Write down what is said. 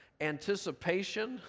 Anticipation